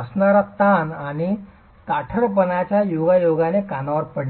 असणारा ताण आणि ताठरपणाच्या योगायोगाने कानावर पडणे